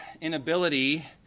inability